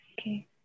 Okay